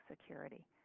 security